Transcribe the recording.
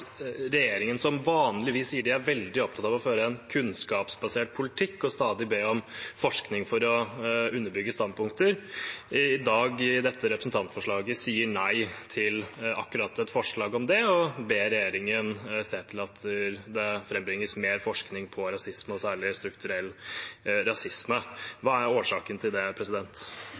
regjeringen, som vanligvis sier de er veldig opptatt av å føre en kunnskapsbasert politikk og stadig ber om forskning for å underbygge standpunkter, i dag, i dette representantforslaget, sier nei til akkurat et forslag om å be regjeringen se til at det frambringes mer forskning på rasisme, og særlig strukturell rasisme. Hva er årsaken til det?